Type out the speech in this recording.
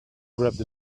grabbed